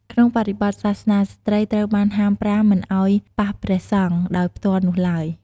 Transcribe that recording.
ក្នុងបរិបទសាសនា ស្ត្រីត្រូវបានហាមប្រាមមិនឱ្យប៉ះព្រះសង្ឃដោយផ្ទាល់នោះឡើយ។